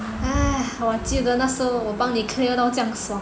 哎我记得那时候我帮你 clear 都这样爽